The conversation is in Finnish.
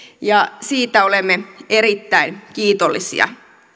ja siitä olemme erittäin kiitollisia